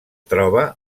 troba